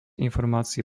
informácií